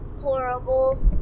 horrible